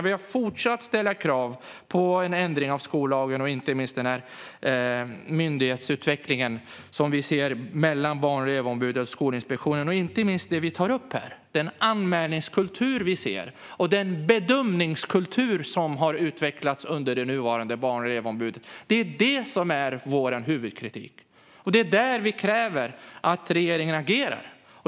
Vi har fortsatt att ställa krav på en ändring av skollagen. Det handlar inte minst om den myndighetsutveckling som vi ser mellan Barn och elevombudet och Skolinspektionen. Vi har tagit upp den anmälningskultur vi ser och den bedömningskultur som har utvecklats under det nuvarande Barn och elevombudet. Det är det som är vår huvudkritik, och det är där vi kräver att regeringen agerar.